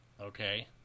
okay